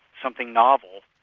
something novel,